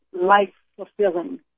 life-fulfilling